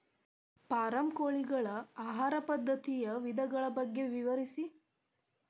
form ಕೋಳಿಗಳ ಆಹಾರ ಪದ್ಧತಿಯ ವಿಧಾನಗಳ ಬಗ್ಗೆ ವಿವರಿಸಿ